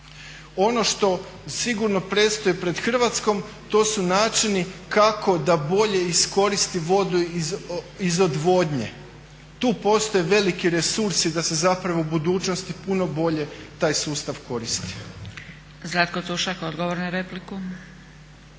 Ono što sigurno predstoji pred Hrvatskom to su načini kako da bolje iskoristi vodu iz odvodnje. Tu postoje veliki resursi da se zapravo u budućnosti puno bolje taj sustav koristi. **Zgrebec, Dragica